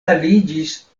aliĝis